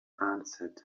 answered